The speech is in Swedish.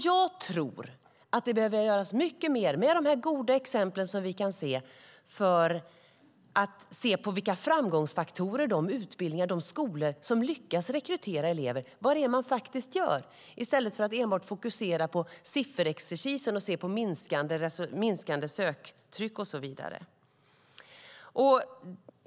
Jag tror att det behöver göras mycket mer av de goda exempel vi kan se när det gäller vilka framgångsfaktorer de utbildningar och de skolor som lyckas rekrytera elever har. Vad är det som de gör? Vi bör titta på det i stället för att enbart fokusera på sifferexercis, se på minskande söktryck och så vidare.